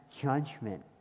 judgment